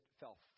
fell